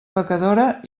pecadora